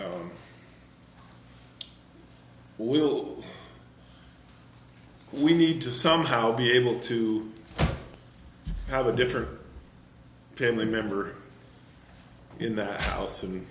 we'll we need to somehow be able to have a different family member in the house and